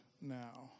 now